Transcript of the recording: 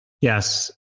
Yes